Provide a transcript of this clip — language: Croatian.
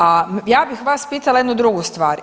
A ja bih vas pitala jednu drugu stvar.